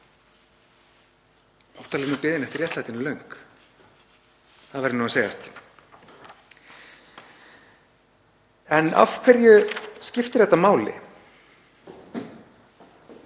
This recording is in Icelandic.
Óttalega er biðin eftir réttlætinu löng, það verður nú að segjast. En af hverju skiptir þetta máli?